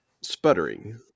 sputtering